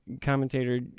commentator